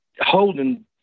holding